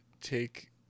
take